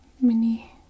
mini